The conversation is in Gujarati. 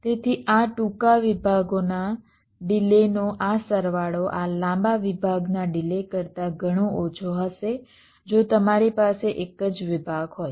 તેથી આ ટૂંકા વિભાગોના ડિલેનો આ સરવાળો આ લાંબા વિભાગના ડિલે કરતાં ઘણો ઓછો હશે જો તમારી પાસે એક જ વિભાગ હોય